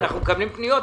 אנחנו מקבלים פניות.